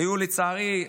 היו לצערי,